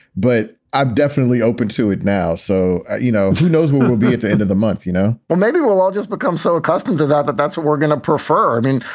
but i'm definitely open to it now. so, you know, who knows where we'll be at the end of the month, you know, or maybe we'll all just become so accustomed to that but that's what we're going to prefer. i mean,